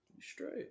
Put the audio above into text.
Straight